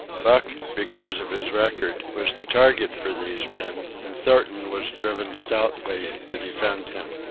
buck, because of his record, was the target for these men, and thornton was driven stoutly to defend him.